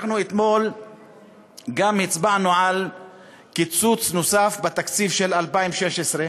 אנחנו אתמול גם הצבענו על קיצוץ נוסף בתקציב של 2016,